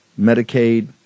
Medicaid